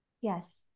Yes